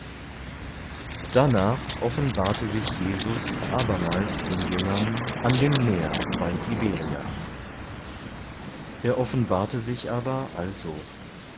darnach offenbarte sich jesus abermals den jüngern an den meer bei tiberias er offenbarte sich aber also